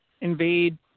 invade